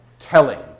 telling